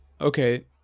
okay